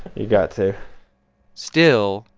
you got to still,